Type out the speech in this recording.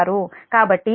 కాబట్టి అంటే 1